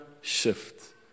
shift